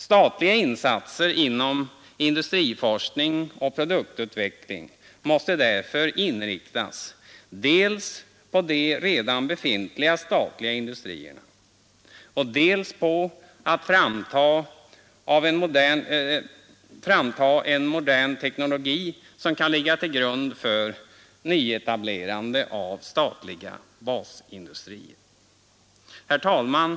Statliga insatser inom industriforskning och produktutveckling måste därför inriktas dels på de redan befintliga statliga industrierna, dels på skapandet av en modern teknologi som kan ligga till grund för nyetablerande av statliga basindustrier. Herr talman!